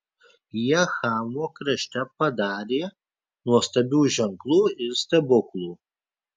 jie chamo krašte padarė nuostabių ženklų ir stebuklų